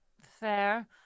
Fair